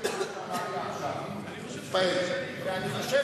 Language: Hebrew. ואני חושב